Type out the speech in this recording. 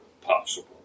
possible